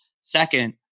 Second